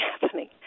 happening